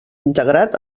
integrat